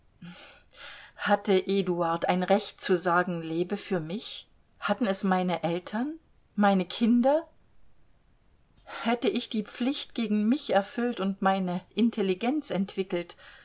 hatte eduard ein recht zu sagen lebe für mich hatten es meine eltern meine kinder hätte ich die pflicht gegen mich erfüllt und meine intelligenz entwickelt